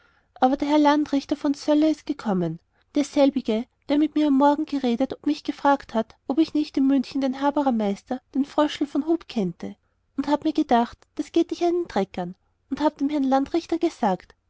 aber der herr landrichter von söller ist gekommen derselbige der mit mir am morgen geredet und mich gefragt hat ob ich nicht in münchen den haberermeister den fröschel von hub kennte und ich habe mir gedacht das geht dich einen dreck an und habe dem herrn landrichter gesagt